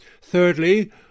Thirdly